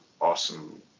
awesome